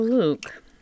Luke